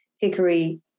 Hickory